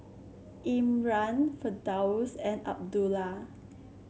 Imran Firdaus and Abdullah